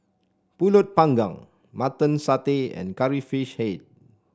pulut panggang Mutton Satay and curry fish he